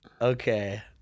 okay